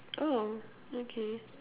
oh okay